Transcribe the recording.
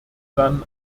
dann